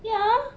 ya